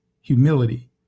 humility